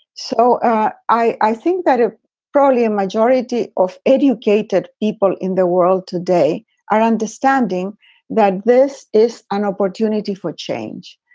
so i i think that a broadly a majority of educated people in the world today are understanding that this is an opportunity for change,